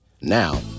Now